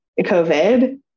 COVID